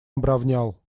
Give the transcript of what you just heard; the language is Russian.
обровнял